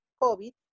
COVID